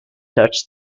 touched